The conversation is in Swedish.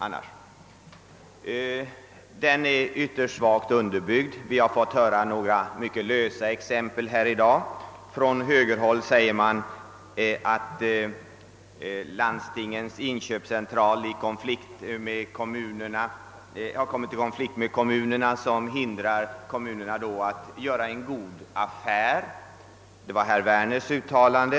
Motionen är ytterst svagt underbyggd; vi har fått höra några mycket lösliga exempel här i dag. Från högerhåll säger man att Landstingens inköpscentral har kommit i konflikt med kommunerna och hindrar dem att göra goda affärer. Detta var herr Werners uttalande.